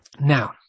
now